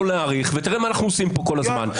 להאריך ותראה מה אנחנו עושים פה כל הזמן.